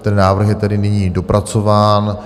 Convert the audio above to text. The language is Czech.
Ten návrh je tedy nyní dopracován.